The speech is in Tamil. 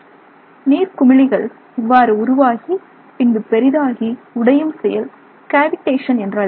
நீர்க்குமிழிகள் இவ்வாறு உருவாகி பின்பு பெரிதாகி உடையும் செயல் காவிடேஷன் என்றழைக்கப்படுகிறது